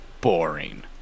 boring